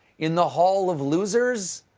in the hall of losers?